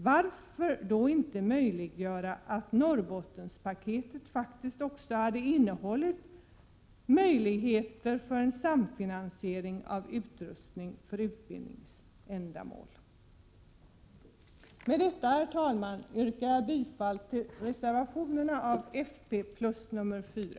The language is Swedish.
Varför kunde inte Norrbottenspaketet också ha innehållit möjligheter till en samfinansiering av utrustning för utbildningsändamål? Med detta, herr talman, yrkar jag bifall till reservationerna från folkpartiet och dessutom till reservation 4.